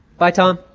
bye tom!